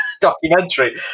documentary